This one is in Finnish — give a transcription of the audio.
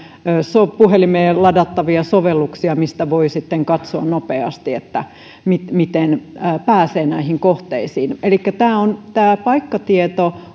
puhelimeen ladattavia sovelluksia mistä voi sitten katsoa nopeasti miten miten pääsee näihin kohteisiin elikkä paikkatieto